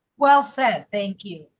well said, thank you.